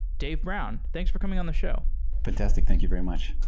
dave brown, thanks for coming on the show fantastic. thank you very much.